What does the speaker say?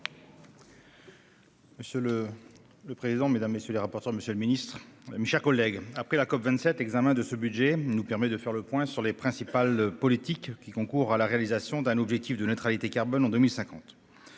Monsieur le président, monsieur le ministre, mes chers collègues, après la COP27, l'examen de ce budget nous permet de faire le point sur les principales politiques qui concourent à la réalisation de l'objectif de la neutralité carbone en 2050.